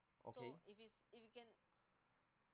okay